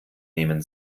nehmen